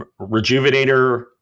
Rejuvenator